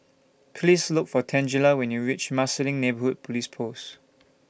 Please Look For Tangela when YOU REACH Marsiling Neighbourhood Police Post